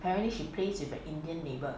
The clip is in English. apparently she plays with an indian neighbour